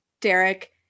Derek